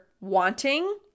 wanting